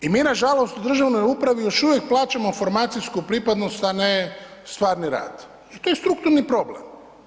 I mi nažalost u državnoj upravi još uvijek plaćamo formacijsku pripadnost, a ne stvari rad i to je strukturni problem.